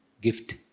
gift